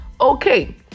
Okay